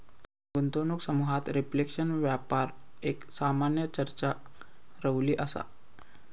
गुंतवणूक समुहात रिफ्लेशन व्यापार एक सामान्य चर्चा रवली असा